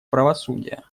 правосудия